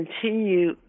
continue